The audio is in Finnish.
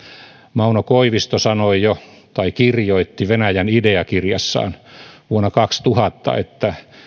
mauno koivisto kirjoitti venäjän idea kirjassaan jo vuonna kaksituhattayksi että